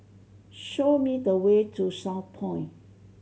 show me the way to Southpoint